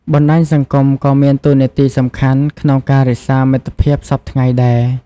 បណ្តាញសង្គមក៏មានតួនាទីសំខាន់ក្នុងការរក្សាមិត្តភាពសព្វថ្ងៃដែរ។